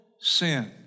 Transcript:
sin